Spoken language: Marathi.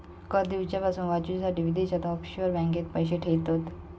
कर दिवच्यापासून वाचूच्यासाठी विदेशात ऑफशोअर बँकेत पैशे ठेयतत